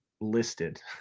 listed